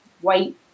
white